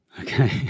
Okay